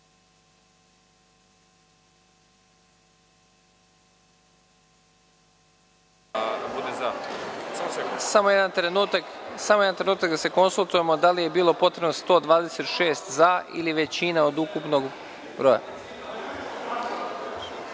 poslanika. Samo da se konsultujemo da li je bilo potrebno 126 za ili većina od ukupnog broja.U